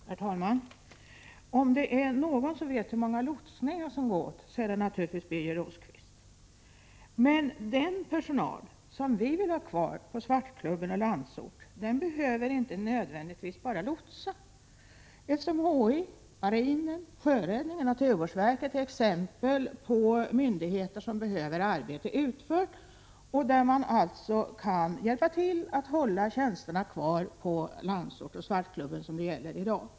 Herr talman! Om det är någon som vet hur många lotsningar som behövs, så är det naturligtvis Birger Rosqvist. Men den personal som vi vill ha kvar på Svartklubben och Landsort behöver inte nödvändigtvis bara lotsa. SMHI, marinen, sjöräddningen och naturvårdsverket är exempel på myndigheter som behöver få arbete utfört, varigenom de kan hjälpa till att behålla tjänsterna på Landsort och Svartklubben, som det handlar om i dag.